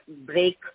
break